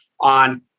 on